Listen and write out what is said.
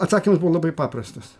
atsakymas buvo labai paprastas